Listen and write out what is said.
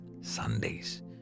Sundays